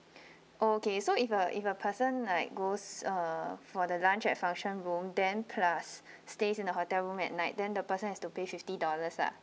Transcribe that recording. okay so if a if a person like goes uh for the lunch at function room then plus stays in the hotel room at night then the person has to pay fifty dollars ah